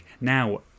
now